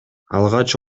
алгач